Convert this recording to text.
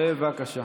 בבקשה.